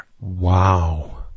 Wow